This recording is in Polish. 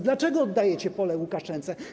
Dlaczego oddajecie pole Łukaszence?